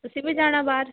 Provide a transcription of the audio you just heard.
ਤੁਸੀਂ ਵੀ ਜਾਣਾ ਬਾਹਰ